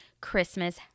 Christmas